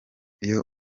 iyo